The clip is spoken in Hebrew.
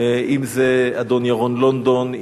אם זה אדון ירון לונדון,